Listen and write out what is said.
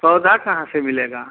पौधा कहाँ से मिलेगा